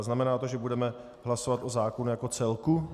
Znamená to, že budeme hlasovat o zákonu jako celku?